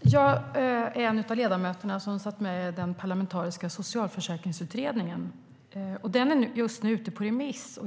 Jag är en av ledamöterna som satt med i den parlamentariska socialförsäkringsutredningen. Den är just nu ute på remiss.